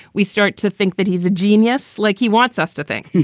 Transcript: we start to think that he's a genius like he wants us to think.